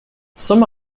some